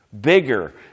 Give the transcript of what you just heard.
bigger